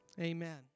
Amen